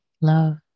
love